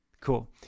Cool